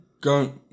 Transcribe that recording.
go